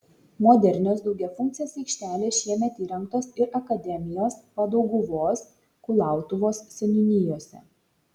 modernios daugiafunkcės aikštelės šiemet įrengtos ir akademijos padauguvos kulautuvos seniūnijose